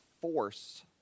force